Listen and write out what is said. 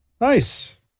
Nice